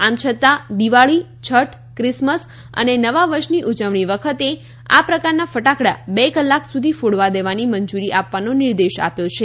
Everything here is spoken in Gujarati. આમ છતાં દિવાળી છઠ્ઠ ક્રિસમસ અને નવા વર્ષની ઊજવણી વખતે આ પ્રકારના ફટાકડા બે કલાક સુધી ફોડવા દેવાની મંજુરી આપવાનો નિર્દેશ આપ્યો છે